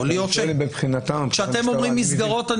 כשאתם אומרים מסגרות,